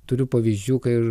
turiu pavyzdžių kai